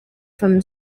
from